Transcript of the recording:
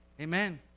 Amen